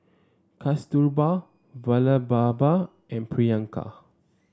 Kasturba Vallabhbhai and Priyanka